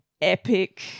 epic